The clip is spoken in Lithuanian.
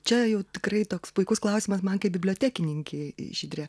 čia jau tikrai toks puikus klausimas man kaip bibliotekininkei žydre